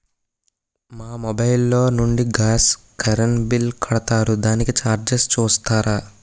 మా మొబైల్ లో నుండి గాస్, కరెన్ బిల్ కడతారు దానికి చార్జెస్ చూస్తారా?